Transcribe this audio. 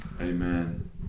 Amen